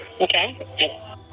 Okay